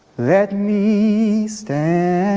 let me stand.